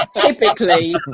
typically